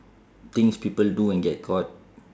things people do and get caught